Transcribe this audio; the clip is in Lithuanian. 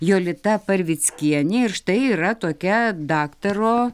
jolita parvickienė ir štai yra tokia daktaro